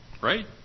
right